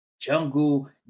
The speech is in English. jungle